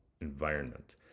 environment